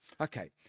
okay